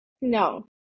No